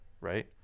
right